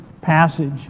passage